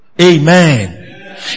Amen